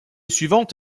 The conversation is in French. suivante